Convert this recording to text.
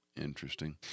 Interesting